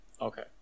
Okay